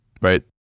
right